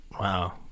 Wow